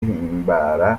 himbara